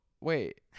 wait